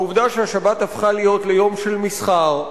העובדה שהשבת הפכה להיות יום של מסחר,